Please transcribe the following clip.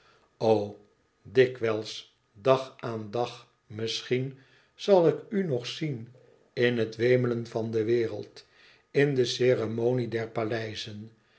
dikwijls dag aan dag misschien zal ik u nog zien in het wemelen van de wereld in de ceremonie der paleizen